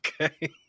okay